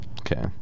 Okay